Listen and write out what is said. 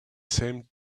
same